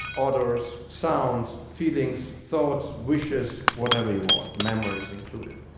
orders, sounds, feelings, thoughts, wishes whatever you want, memories included.